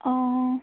অঁ